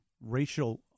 racial